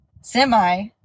semi